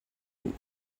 and